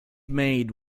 made